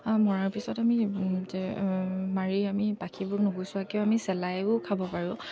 মৰাৰ পিছত আমি যে মাৰি আমি পাখিবোৰ নুগুচোৱাকৈয়ো আমি চেলায়ো খাব পাৰোঁ